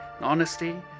honesty